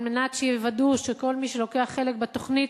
על מנת שיוודאו שכל מי שלוקח חלק בתוכניות,